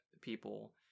people